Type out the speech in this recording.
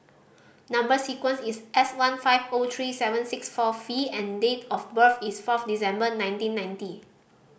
number sequence is S one five O three seven six four V and date of birth is fourth December nineteen ninety